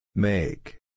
Make